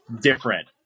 different